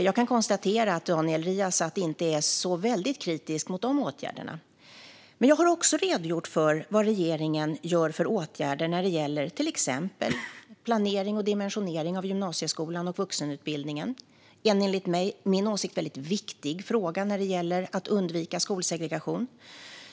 Jag kan konstatera att Daniel Riazat inte är så väldigt kritisk mot de åtgärderna. Men jag har också redogjort för vad regeringen vidtar för åtgärder när det gäller till exempel planering och dimensionering av gymnasieskolan och vuxenutbildningen, en enligt min åsikt väldigt viktig fråga när det gäller att undvika skolsegregation.